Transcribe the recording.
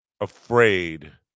afraid